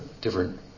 different